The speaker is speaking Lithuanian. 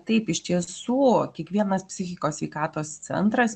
taip iš tiesų kiekvienas psichikos sveikatos centras